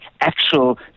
actual